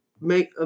Make